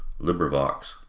librivox